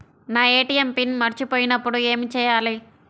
నా ATM PIN మర్చిపోయినప్పుడు ఏమి చేయాలి?